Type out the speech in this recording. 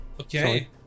okay